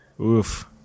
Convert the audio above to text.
Oof